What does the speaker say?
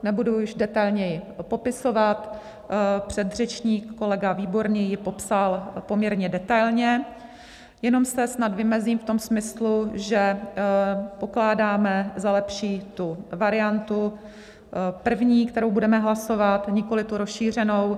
Nebudu již detailněji popisovat, předřečník kolega Výborný ji popsal poměrně detailně, jenom se snad vymezím v tom smyslu, že pokládáme za lepší tu variantu první, kterou budeme hlasovat, nikoli tu rozšířenou.